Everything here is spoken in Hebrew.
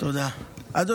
"ועניים